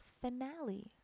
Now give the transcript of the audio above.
finale